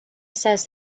says